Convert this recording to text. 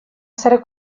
ser